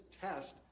test